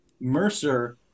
Mercer